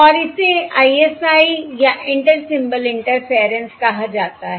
और इसे ISI या इंटर सिंबल इंटरफेयरेंस कहा जाता है